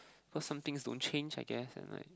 cause some things don't change I guess and like